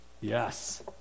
Yes